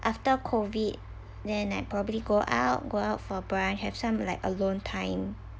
after COVID then I probably go out go out for brunch have some like alone time